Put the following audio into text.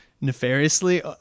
nefariously